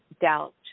doubt